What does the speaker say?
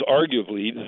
arguably